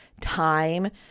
time